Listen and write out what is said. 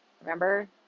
Remember